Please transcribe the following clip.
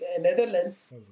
Netherlands